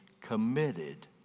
committed